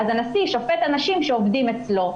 אז הנשיא שופט אנשים שעובדים אצלו.